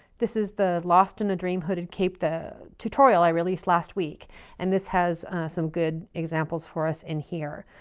this is the lost in a dream hooded cape, the tutorial i released last week. and this has some good examples for us in here